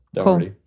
Cool